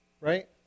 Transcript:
Right